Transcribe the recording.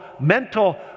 mental